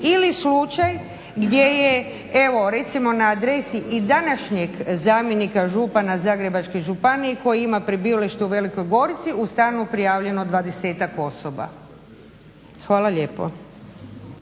Ili slučaj gdje je evo recimo na adresi i današnjeg zamjenika župana Zagrebačke županije koji ima prebivalište u Velikoj Gorici u stanu je prijavljeno 20-tak osoba. Hvala lijepo.